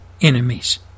enemies